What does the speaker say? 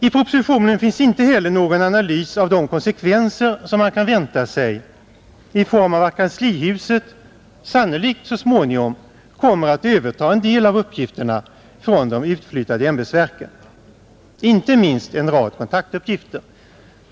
I propositionen finns inte heller någon analys av de konsekvenser som man kan vänta sig i form av att kanslihuset sannolikt så småningom kommer att överta en del av uppgifterna från de utflyttade ämbetsverken, inte minst en rad kontaktuppgifter.